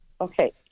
Okay